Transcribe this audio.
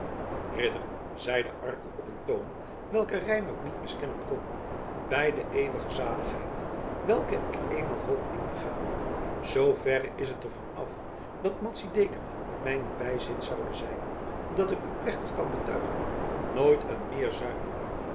ridder zeide arkel op een toon welken reinout niet miskennen kon bij de eeuwige zaligheid welke ik eenmaal hoop in te gaan zooverre is het er van af dat madzy dekama mijne bijzit zoude zijn dat ik u plechtig kan betuigen nooit een meer zuivere